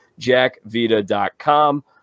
jackvita.com